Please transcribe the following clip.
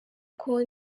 uko